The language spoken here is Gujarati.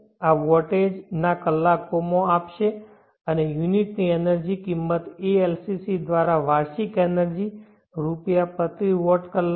આ વોટેજ ના કલાકોમાં આપશે અને યુનિટની એનર્જી કિંમત ALCC દ્વારા વાર્ષિક એનર્જી રૂ પ્રતિ વોટ કલાક